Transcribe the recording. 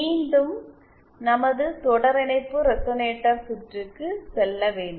மீண்டும் நமது தொடரிணைப்பு ரெசனேட்டர் சுற்றுக்கு செல்ல வேண்டும்